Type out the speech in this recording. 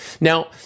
Now